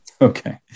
Okay